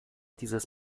dieses